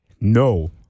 No